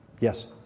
Yes